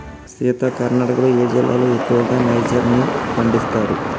సీత కర్ణాటకలో ఏ జిల్లాలో ఎక్కువగా నైజర్ ని పండిస్తారు